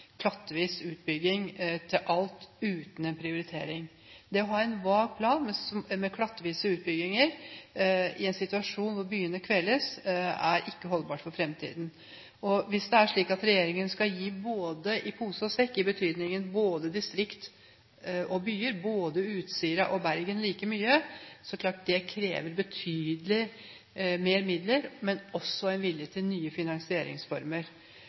klattvis utbygging av alt uten en prioritering. Det å ha en vag plan med klattvise utbygginger i en situasjon hvor byene kveles, er ikke holdbart for fremtiden. Hvis det er slik at regjeringen skal gi i både pose og sekk i betydningen både distrikt og by, både Utsira og Bergen like mye, er det klart at det krever betydelig mer midler, men også en vilje til nye finansieringsformer.